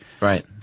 Right